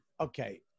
Okay